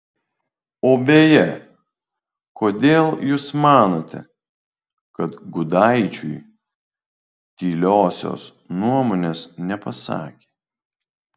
o beje kodėl jūs manote kad gudaičiui tyliosios nuomonės nepasakė